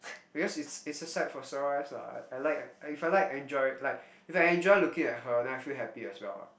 because it's it's a sight for sore eyes lah I I like if I like enjoy like if I enjoy looking at her then I feel happy as well [what]